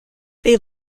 they